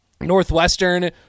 Northwestern